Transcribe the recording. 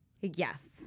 Yes